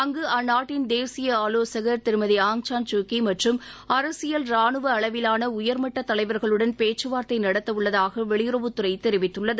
அங்கு அந்நாட்டின் தேசிய ஆவோசகர் திருமதி ஆங் சான் சூக்கி மற்றும் அரசியல் ராணுவ அளவிலான உயர்மட்டத் தலைவர்களுடன் பேச்சுவார்த்தை நடத்த உள்ளதாக வெளியுறவுத்துறை தெரிவித்துள்ளது